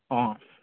অঁ